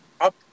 up